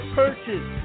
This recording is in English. purchase